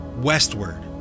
westward